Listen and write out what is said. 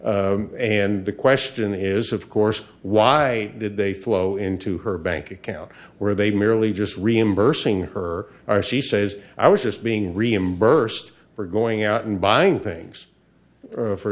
and the question is of course why did they flow into her bank account where they merely just reimbursing her or she says i was just being reimbursed for going out and buying things for